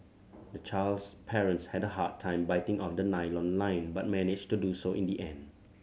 the child's parents had a hard time biting off the nylon line but managed to do so in the end